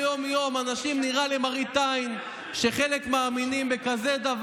נראה למי הם צועקים, לאלילי מצרים או אליי?